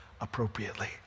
appropriately